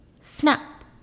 snap